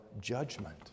judgment